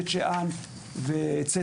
בית שאן וכו',